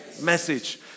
message